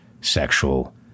sexual